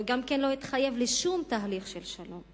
הוא גם כן לא התחייב לשום תהליך של שלום.